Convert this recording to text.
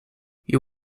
you